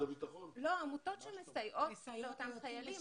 עמותות שמסייעות לאותם חיילים.